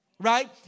right